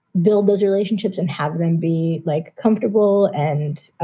build those relationships and have them be like comfortable and,